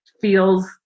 feels